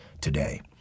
today